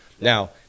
Now